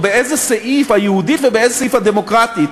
ובאיזה סעיף ה"יהודית" ובאיזה סעיף ה"דמוקרטית"